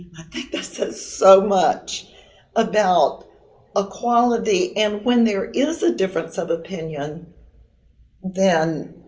i think that says so much about equality and when there is a difference of opinion then